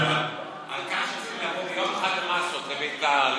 על כך שצריכים לבוא ביום אחד במסות לביתר,